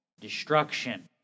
destruction